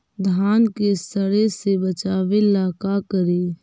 धान के सड़े से बचाबे ला का करि?